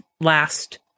last